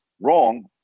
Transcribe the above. wrong